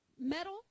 metal